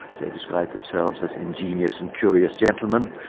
they described themselves as ingenious and curious gentlemen,